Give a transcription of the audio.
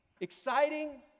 exciting